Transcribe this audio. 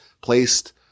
placed